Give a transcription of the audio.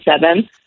seven